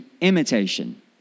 imitation